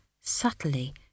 subtly